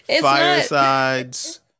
firesides